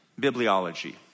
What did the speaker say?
bibliology